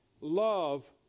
Love